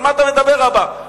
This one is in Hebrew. על מה אתה מדבר, אבא?